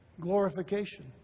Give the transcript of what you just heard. glorification